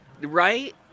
Right